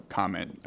comment